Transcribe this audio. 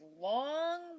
long